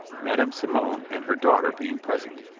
madam simon and her daughter being present.